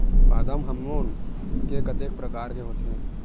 पादप हामोन के कतेक प्रकार के होथे?